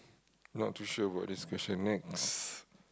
not too sure about this question next